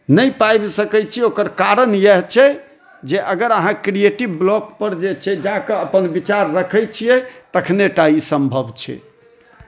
नहि पाबि सकै छी ओकर कारण इएह छै जे अगर अहाँ क्रीएटिव ब्लाक पर जे छै जाके अपन विचार रखै छियै तखने टा ई संभव छै